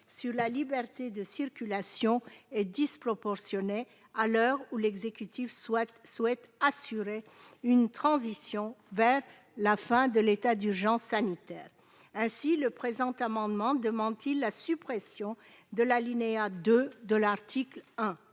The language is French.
sur la liberté de circulation, est disproportionnée à l'heure où l'exécutif souhaite assurer une transition vers la fin de l'état d'urgence sanitaire. Ainsi, par le présent amendement, nous demandons la suppression de l'alinéa 2 de l'article 1.